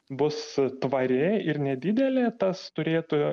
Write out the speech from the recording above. bus tvari ir nedidelė tas turėtų